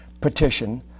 petition